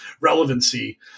relevancy